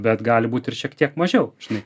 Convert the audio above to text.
bet gali būti ir šiek tiek mažiau žinai